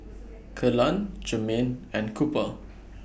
Kellan Germaine and Cooper